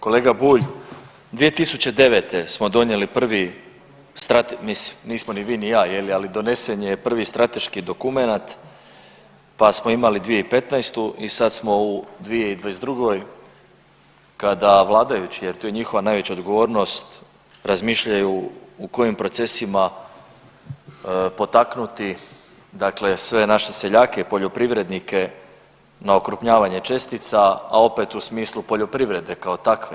Kolega Bulj, 2009. smo donijeli prvi, mislim nismo ni vi ni ja, ali donesen je prvi strateški dokumenat pa smo imali 2015. i sad smo u 2022. kada vladajući jer tu je njihova najveća odgovornost razmišljaju u kojim procesima potaknuti, dakle sve naše seljake, poljoprivrednike na okrupnjavanje čestica a opet u smislu poljoprivrede kao takve.